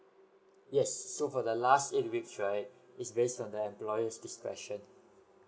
yes so for the last eight weeks right is based on the employer's discretion